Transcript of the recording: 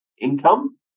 income